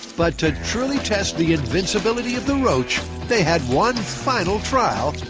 but to truly test the invincibility of the roach they had one final trial.